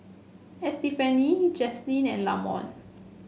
Estefany Jazlyn and Lamont